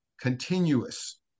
continuous